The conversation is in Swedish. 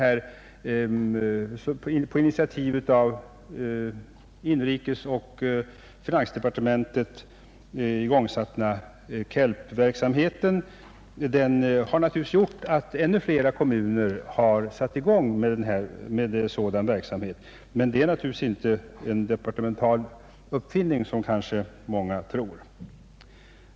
Den på initiativ av inrikesoch finansdepartementen igångsatta KELP-verksamheten har naturligtvis medfört att ännu fler kommuner påbörjat en sådan planering, men detta är alltså inte en departemental uppfinning som kanske många tror.